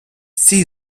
цій